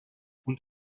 und